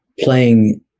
playing